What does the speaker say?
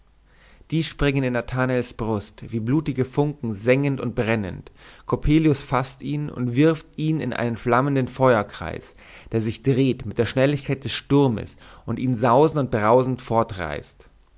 die springen in nathanaels brust wie blutige funken sengend und brennend coppelius faßt ihn und wirft ihn in einen flammenden feuerkreis der sich dreht mit der schnelligkeit des sturmes und ihn sausend und brausend